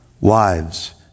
Wives